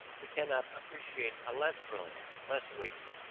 we cannot appreciate a less brilliant, less weighty,